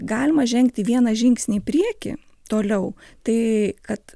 galima žengti vieną žingsnį į priekį toliau tai kad